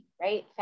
right